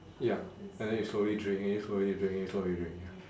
ya and then you slowly drink slowly drink slowly drink ya